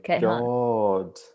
God